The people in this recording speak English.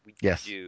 Yes